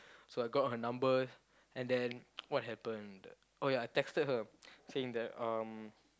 so I got her number and then what happened oh ya I texted her saying that um